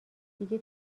دیگه